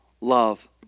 love